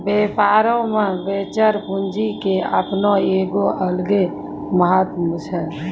व्यापारो मे वेंचर पूंजी के अपनो एगो अलगे महत्त्व छै